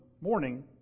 morning